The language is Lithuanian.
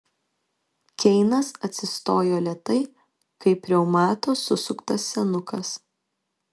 keinas atsistojo lėtai kaip reumato susuktas senukas